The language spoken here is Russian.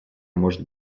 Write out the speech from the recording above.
может